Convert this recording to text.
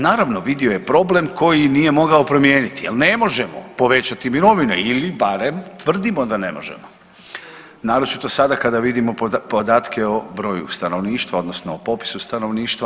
Naravno vidio je problem koji nije mogao promijeniti jer ne možemo povećati mirovine ili barem tvrdimo da ne možemo, naročito sada kada vidimo podatka o broju stanovništva odnosno o popisu stanovništva.